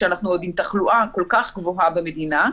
כשאנחנו עוד עם תחלואה כל כך גבוהה במדינה,